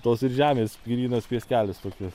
tos ir žemės grynas pieskelis tokis